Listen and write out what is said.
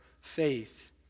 faith